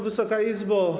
Wysoka Izbo!